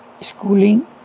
schooling